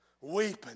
weeping